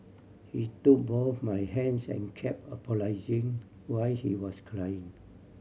he took both my hands and kept apologising while he was crying